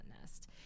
nest